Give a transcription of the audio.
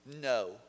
no